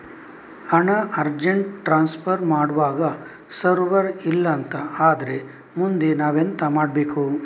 ಹಣ urgent transfer ಮಾಡ್ವಾಗ server ಇಲ್ಲಾಂತ ಆದ್ರೆ ಮುಂದೆ ನಾವೆಂತ ಮಾಡ್ಬೇಕು?